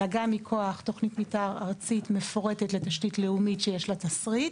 אלא גם מכוח תוכנית מתאר ארצית מפורטת לתשתית לאומית שיש לה תסריט,